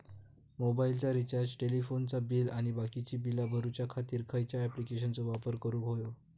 मोबाईलाचा रिचार्ज टेलिफोनाचा बिल आणि बाकीची बिला भरूच्या खातीर खयच्या ॲप्लिकेशनाचो वापर करूक होयो?